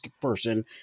person